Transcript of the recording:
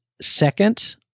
second